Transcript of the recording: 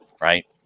right